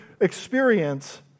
experience